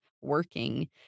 working